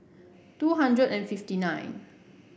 two hundred and fifty nine